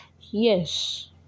Yes